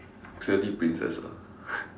really princess ah